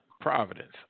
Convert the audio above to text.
Providence